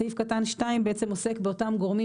סעיף קטן (2) בעצם עוסק באותם גורמים